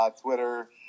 Twitter